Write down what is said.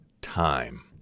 time